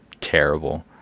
terrible